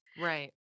Right